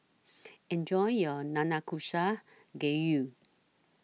Enjoy your Nanakusa Gayu